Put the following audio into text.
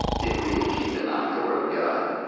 if we keep denying the word of god,